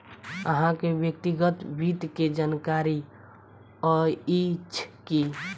अहाँ के व्यक्तिगत वित्त के जानकारी अइछ की?